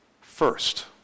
first